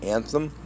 Anthem